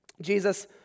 Jesus